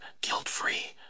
guilt-free